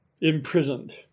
imprisoned